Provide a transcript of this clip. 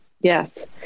yes